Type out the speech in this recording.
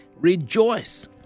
Rejoice